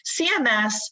CMS